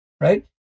right